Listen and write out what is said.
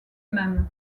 même